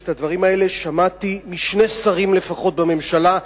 שאת הדברים האלה שמעתי משני שרים לפחות בממשלה,